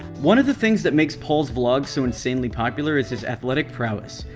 one of the things that makes paul's vlog so insanely popular is his athletic prowess.